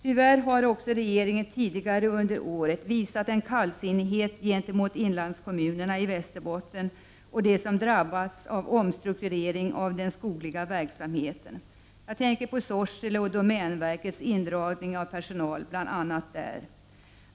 Tyvärr har regeringen också tidigare under året visat kallsinnighet gentemot inlandskommunerna i Västerbotten och dem som drabbas av omstrukturering av den skogliga verksamheten. Jag tänker på Sorsele och domänverkets indragning av personal bl.a. där.